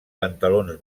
pantalons